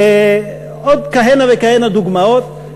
ועוד כהנה וכהנה דוגמאות.